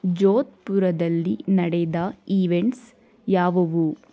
ಜೋಧ್ಪುರದಲ್ಲಿ ನಡೆದ ಇವೆಂಟ್ಸ್ ಯಾವುವು